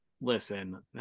Listen